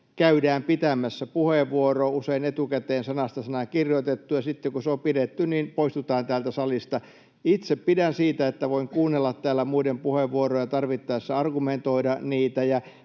käydään pitämässä puheenvuoro, usein etukäteen sanasta sanaan kirjoitettu, ja sitten kun se on pidetty, niin poistutaan täältä salista. Itse pidän siitä, että voin kuunnella täällä muiden puheenvuoroja ja tarvittaessa argumentoida niitä,